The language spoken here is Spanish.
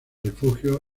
refugio